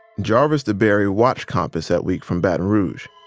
jarvis deberry watched compass that week from baton rouge.